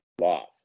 loss